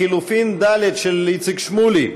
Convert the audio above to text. לחלופין ד', של איציק שמולי,